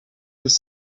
his